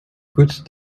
good